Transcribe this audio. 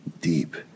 deep